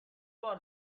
بار